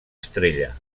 estrella